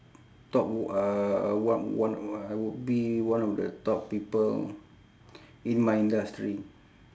top w~ uh one one I would be one of the top people in my industry